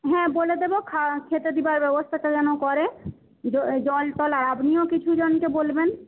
হ্যাঁ বলে দেব খা খেতে দেওয়ার ব্যবস্থাটা যেন করে জল টল আর আপনিও কিছুজনকে বলবেন